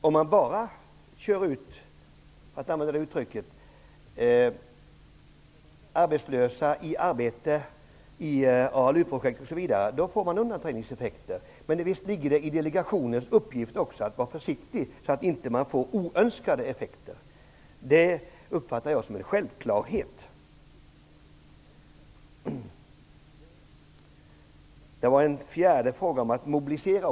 Om man bara så att säga kör ut arbetslösa i ALU-projekt osv. får man undanträngningseffekter. Men visst ligger det i delegationens uppgift att vara försiktig, så att man inte får oönskade effekter. Det uppfattar jag som en självklarhet. Ingela Thalén ställde en fjärde fråga om att mobilisera.